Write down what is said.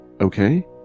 Okay